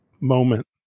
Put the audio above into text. moment